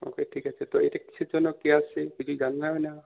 ওকে ঠিক আছে তো এটা কিসের জন্য কে আসছে কিছুই জানলামই না